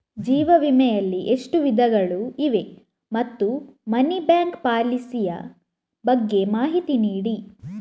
ಜೀವ ವಿಮೆ ಯಲ್ಲಿ ಎಷ್ಟು ವಿಧಗಳು ಇವೆ ಮತ್ತು ಮನಿ ಬ್ಯಾಕ್ ಪಾಲಿಸಿ ಯ ಬಗ್ಗೆ ಮಾಹಿತಿ ನೀಡಿ?